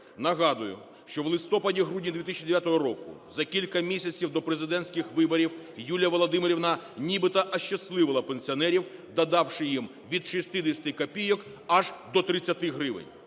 Нагадую, що в листопаді-грудні 2009 року за кілька місяців до президентських виборів Юлія Володимирівна нібито ощасливила пенсіонерів, додавши їм від 60 копійок аж до 30 гривень.